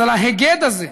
אז על ההיגד הזה,